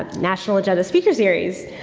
ah national agenda speaker series.